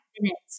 minutes